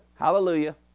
Hallelujah